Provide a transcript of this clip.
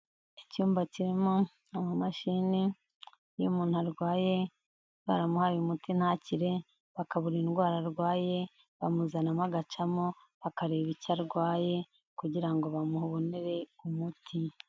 Icyumba kirimo amamashini; iyo umuntu arwaye baramuhaye umuti ntakire bakabura indwara arwaye bamuzanamo agacamo; bakareba icyo arwaye kugira ngo bamubonere umuti.